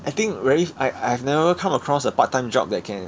I think very I I've never come across a part time job that can